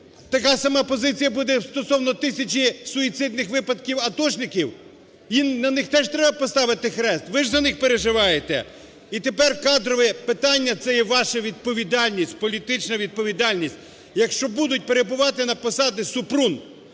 Така сама позиція буде стосовно тисячі суїцидних випадків атошників, їм… на них теж треба поставити хрест? Ви ж за них переживаєте? І тепер кадрове питання – це є ваша відповідальність, політична відповідальність. Якщо будуть перебувати на посаді Супрун